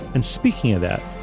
and speaking of that,